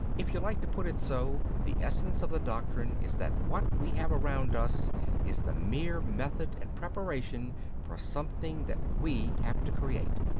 if you like to put it so, the essence of the doctrine is that what we have around us is the mere method and preparation for something that we have to create.